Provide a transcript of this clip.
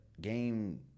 game